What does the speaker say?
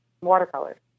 Watercolors